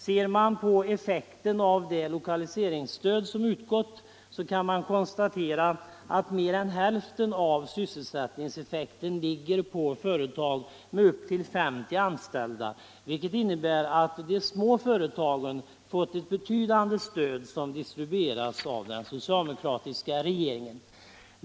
Ser man på effekten av det lokaliseringsstöd som utgått kan man dock konstatera att mer än hälften av sysselsättningseffekten ligger på företag med upp ull 50 anställda, vilket innebär att de små företagen fått ett betydande stöd, som distribuerats av den socialdemokratiska regeringen.